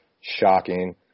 shocking